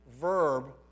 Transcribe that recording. verb